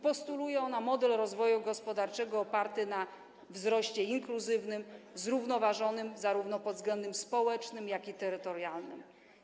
Postuluje ona model rozwoju gospodarczego oparty na wzroście inkluzywnym, zrównoważonym pod względem zarówno społecznym, jak i terytorialnym.